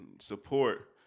support